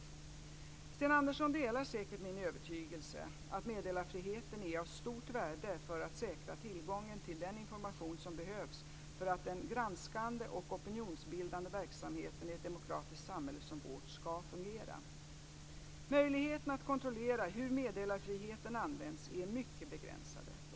Sten Andersson delar säkert min övertygelse att meddelarfriheten är av stort värde för att säkra tillgången till den information som behövs för att den granskande och opinionsbildande verksamheten i ett demokratiskt samhälle som vårt ska fungera. Möjligheterna att kontrollera hur meddelarfriheten används är mycket begränsade.